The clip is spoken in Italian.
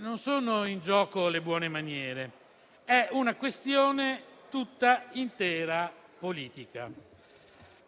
non sono in gioco le buone maniere, è una questione interamente politica.